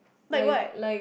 like what